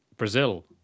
Brazil